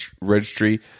Registry